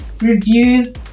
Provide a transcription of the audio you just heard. reviews